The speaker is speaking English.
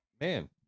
Man